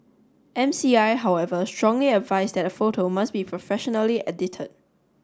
M C I however strongly advised that the photo must be professionally edited